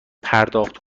پرداخت